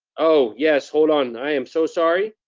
oh, yes, hold on. i am so sorry.